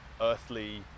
earthly